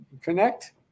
Connect